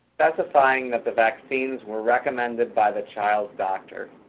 specifying that the vaccines were recommended by the child's doctor.